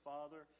Father